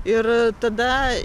ir tada